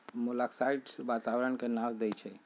मोलॉक्साइड्स वातावरण के नाश देई छइ